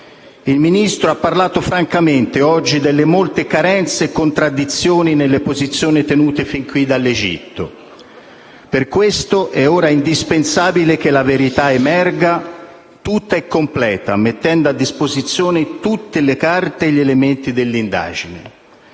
Il Ministro ha parlato francamente oggi delle molte carenze e contraddizioni nelle posizioni tenute fin qui dall'Egitto. Per questo, è ora indispensabile che la verità emerga, tutta e completa, mettendo a disposizione tutte le carte e gli elementi dell'indagine.